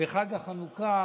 בחג החנוכה